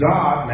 God